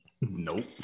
Nope